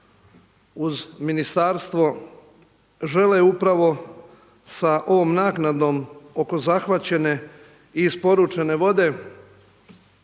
uz ministarstvo žele upravo sa ovom naknadom oko zahvaćene i isporučene vode